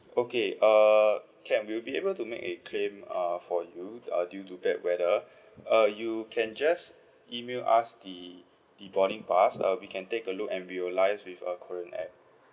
okay err can we'll be able to make a claim uh for you uh due to bad weather uh you can just email us the the boarding pass uh we can take a look and we'll liaise with uh Korean Air